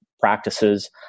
practices